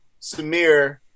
Samir